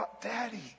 daddy